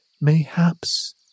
mayhaps